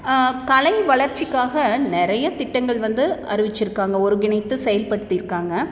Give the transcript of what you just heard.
கலை வளர்ச்சிக்காக நிறைய திட்டங்கள் வந்து அறிவிச்சிருக்காங்க ஒருங்கிணைத்து செயல்படுத்திருக்காங்க